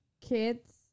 kids